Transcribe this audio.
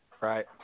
Right